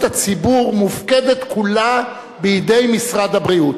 הציבור מופקדת כולה בידי משרד הבריאות.